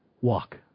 Walk